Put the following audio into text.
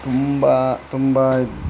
ತುಂಬ ತುಂಬ